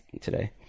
today